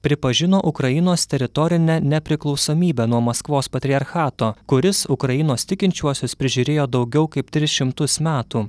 pripažino ukrainos teritorinę nepriklausomybę nuo maskvos patriarchato kuris ukrainos tikinčiuosius prižiūrėjo daugiau kaip tris šimtus metų